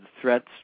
threats